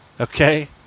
Okay